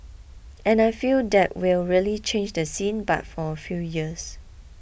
and I feel that will really change the scene but for a few years